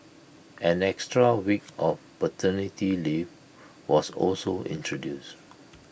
an extra week of paternity leave was also introduced